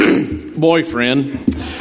boyfriend